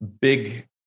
big